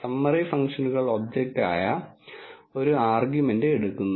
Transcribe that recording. summary function ഒബ്ജക്റ്റായ ഒരു argument എടുക്കുന്നു